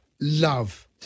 love